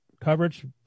coverage